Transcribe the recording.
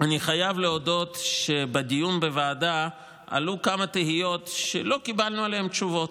אני חייב להודות שבדיון בוועדה עלו כמה תהיות שלא קיבלנו עליהן תשובות.